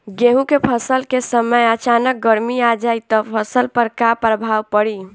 गेहुँ के फसल के समय अचानक गर्मी आ जाई त फसल पर का प्रभाव पड़ी?